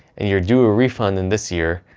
and your due a refund in this year,